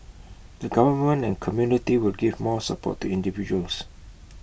the government and community will give more support to individuals